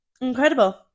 incredible